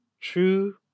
true